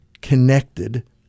connected